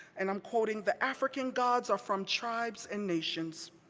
and i'm quoting, the african gods are from tribes and nations,